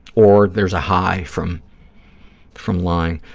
or there's a high from from lying.